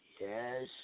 Yes